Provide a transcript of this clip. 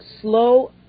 slow